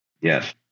yes